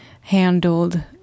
handled